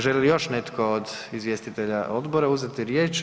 Želi li još netko od izvjestitelja odbora uzeti riječ?